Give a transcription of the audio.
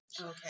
Okay